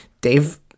Dave